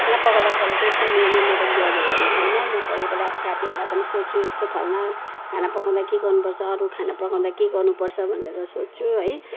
खाना पकाउँदाखेरि त्यस्तो मेनु मेरो ग्याजेटहरू छैन म कोहीबेला अब साथीहरूलाई पनि सोध्छु यस्तो फलना खाना पकाउँदा के गर्नुपर्छ अरू खाना पकाउँदा के गर्नुपर्छ भनेर सोध्छु है